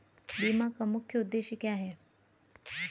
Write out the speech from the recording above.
बीमा का मुख्य उद्देश्य क्या है?